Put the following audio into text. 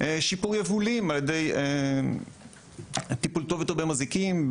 שיפור יבולים ע"י טיפול טוב יותר במזיקים,